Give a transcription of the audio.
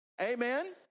Amen